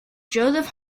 joseph